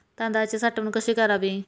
तांदळाची साठवण कशी करावी?